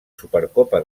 supercopa